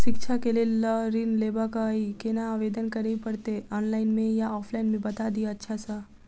शिक्षा केँ लेल लऽ ऋण लेबाक अई केना आवेदन करै पड़तै ऑनलाइन मे या ऑफलाइन मे बता दिय अच्छा सऽ?